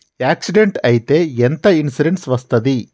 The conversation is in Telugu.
యాక్సిడెంట్ అయితే ఎంత ఇన్సూరెన్స్ వస్తది?